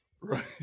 Right